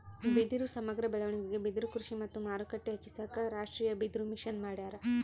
ಬಿದಿರು ಸಮಗ್ರ ಬೆಳವಣಿಗೆಗೆ ಬಿದಿರುಕೃಷಿ ಮತ್ತು ಮಾರುಕಟ್ಟೆ ಹೆಚ್ಚಿಸಾಕ ರಾಷ್ಟೀಯಬಿದಿರುಮಿಷನ್ ಮಾಡ್ಯಾರ